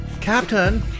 captain